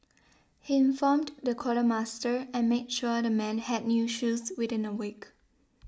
he informed the quartermaster and made sure the men had new shoes within a week